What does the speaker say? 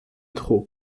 trop